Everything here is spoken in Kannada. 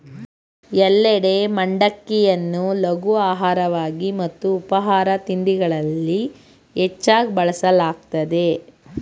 ಎಲ್ಲೆಡೆ ಮಂಡಕ್ಕಿಯನ್ನು ಲಘು ಆಹಾರವಾಗಿ ಮತ್ತು ಉಪಾಹಾರ ತಿಂಡಿಗಳಲ್ಲಿ ಹೆಚ್ಚಾಗ್ ಬಳಸಲಾಗ್ತದೆ